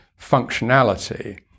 functionality